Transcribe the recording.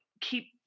keep